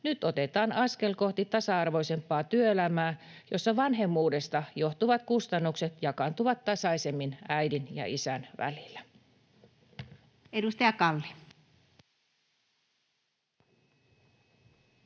Nyt otetaan askel kohti tasa-arvoisempaa työelämää, jossa vanhemmuudesta johtuvat kustannukset jakaantuvat tasaisemmin äidin ja isän välillä. [Speech 184]